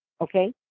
Okay